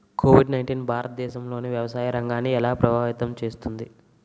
Covid nineteen భారతదేశంలోని వ్యవసాయ రంగాన్ని ఎలా ప్రభావితం చేస్తుంది?